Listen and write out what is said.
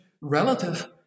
relative